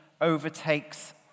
overtakes